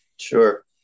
sure